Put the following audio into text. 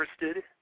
interested